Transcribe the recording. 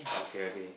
oh okay okay